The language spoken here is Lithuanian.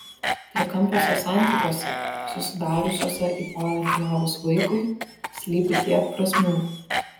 trikampiuose santykiuose susidariusiuose į porą atkeliavus vaikui slypi tiek prasmių